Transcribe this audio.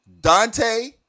Dante